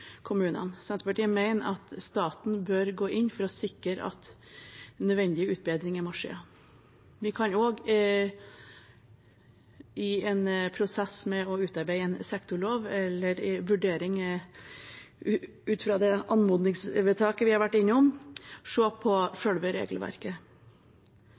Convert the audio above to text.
kommunene. Senterpartiet mener at staten bør gå inn for å sikre at nødvendige utbedringer skjer. Vi kan også i en prosess med å utarbeide en sektorlov eller en vurdering ut fra det anmodningsvedtaket vi har vært innom, se på